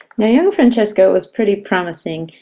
yeah young francesco was pretty promising,